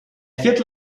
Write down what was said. viertel